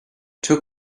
took